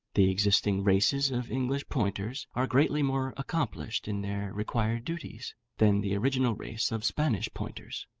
the existing races of english pointers are greatly more accomplished in their required duties than the original race of spanish pointers.